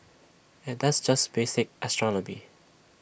and that's just basic astronomy